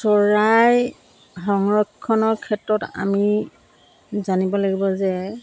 চৰাই সংৰক্ষণৰ ক্ষেত্ৰত আমি জানিব লাগিব যে